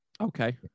Okay